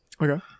Okay